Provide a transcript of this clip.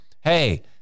hey